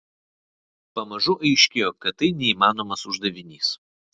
pamažu aiškėjo kad tai neįmanomas uždavinys